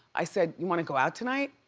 i said, you wanna go out tonight?